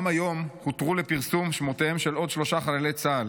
גם היום הותרו לפרסום שמותיהם של עוד שלושה חללי צה"ל.